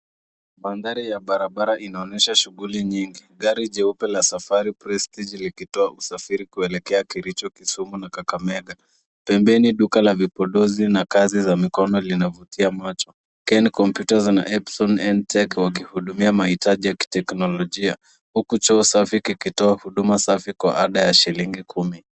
Mandhari ya barabara inaonyesha shughuli nyingi. Gari jeupe la Safari (cs) Prestige (cs) likitoa usafiri kuelekea Kericho, Kisumu na Kakamega. Pembeni duka la vipodozi na kazi za mikono linavutia macho. Ken Computers na Epson n Tech wakihudumia mahitaji ya kiteknolojia, huku choo safi kikitoa huduma safi kwa ada ya shilingi kumi.